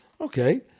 Okay